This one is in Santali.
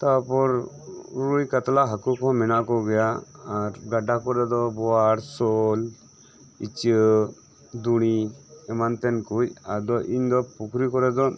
ᱛᱟᱯᱚᱨ ᱨᱩᱭ ᱠᱟᱛᱞᱟ ᱦᱟᱠᱩ ᱠᱩᱦᱚᱸ ᱢᱮᱱᱟᱜᱠᱩ ᱜᱮᱭᱟ ᱟᱨ ᱜᱟᱰᱟ ᱠᱚᱨᱮᱫᱚ ᱵᱚᱣᱟᱲ ᱥᱚᱞ ᱤᱪᱟᱹᱜ ᱫᱩᱬᱤ ᱮᱢᱟᱛ ᱛᱮᱱᱠᱩᱡ ᱟᱫᱚ ᱤᱧᱫᱚ ᱯᱩᱠᱷᱨᱤ ᱠᱚᱨᱮᱫᱚ